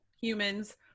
humans